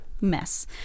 mess